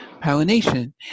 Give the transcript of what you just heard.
pollination